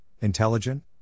intelligent